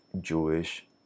Jewish